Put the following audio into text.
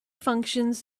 functions